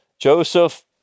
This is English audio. Joseph